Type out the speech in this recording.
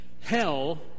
hell